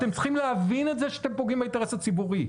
אתם צריכים להבין את זה שאתם פוגעים באינטרס הציבורי.